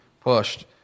pushed